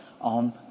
on